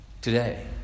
Today